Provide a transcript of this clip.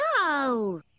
No